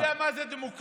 אני יודע מה זה דמוקרטיה.